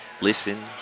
listen